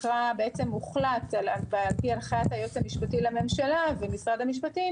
הוחלט על פי הנחיית היועץ המשפטי לממשלה ומשרד המשפטים